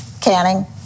canning